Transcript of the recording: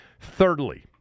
Thirdly